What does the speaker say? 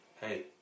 hey